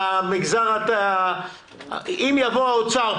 למה שישאלו את המעסיקים?